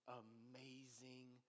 amazing